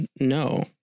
no